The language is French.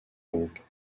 groupe